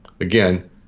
again